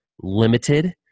limited